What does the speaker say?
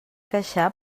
queixar